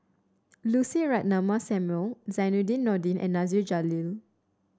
Lucy Ratnammah Samuel Zainudin Nordin and Nasir Jalil